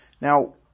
Now